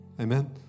amen